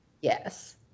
Yes